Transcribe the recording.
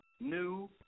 new